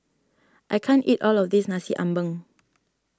I can't eat all of this Nasi Ambeng